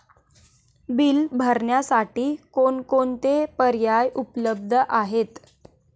Bill भरण्यासाठी कोणकोणते पर्याय उपलब्ध आहेत?